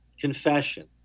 confession